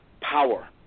power